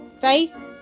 Faith